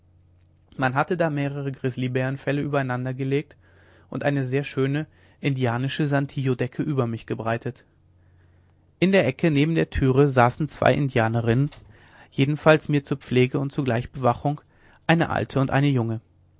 man hatte da mehrere grizzlybärenfelle übereinander gelegt und eine sehr schöne indianische santillodecke über mich gebreitet in der ecke neben der türe saßen zwei indianerinnen jedenfalls mir zur pflege und zugleich bewachung eine alte und eine junge